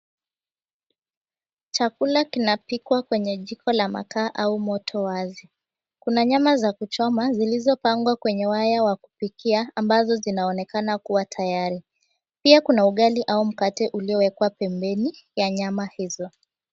Chakula kinapikwa kwa jiko la makaa au moto wazi. Kuna nyama za kuchoma zilizopangwa kwa waya ya kupikia ambazo zinaonekana kuwa tayari. Pia kuna ugali au mkate uliowekwa pembeni ya nyama hizo.